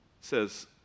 says